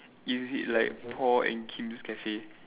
is it like Paul and Kim's cafe